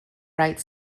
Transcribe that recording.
right